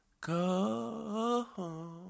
go